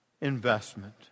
investment